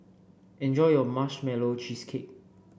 enjoy your Marshmallow Cheesecake